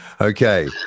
Okay